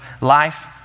life